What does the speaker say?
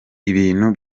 ibintu